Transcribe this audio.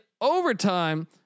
overtime